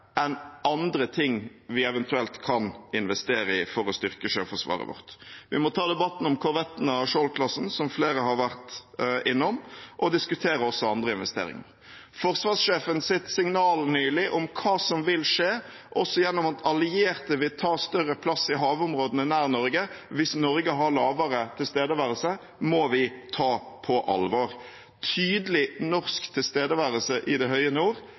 enn andre ting vi eventuelt kan investere i for å styrke Sjøforsvaret vårt. Vi må ta debatten om korvettene av Skjold-klassen, som flere har vært innom, og diskutere også andre investeringer. Forsvarssjefens signal nylig om hva som vil skje – også gjennom at allierte vil ta større plass i havområdene nær Norge hvis Norge har lavere tilstedeværelse – må vi ta på alvor. Tydelig norsk tilstedeværelse i det høye nord